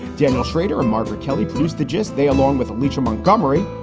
daniel shrader and margaret kelly produced the gist, they, along with lisa montgomery,